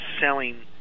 selling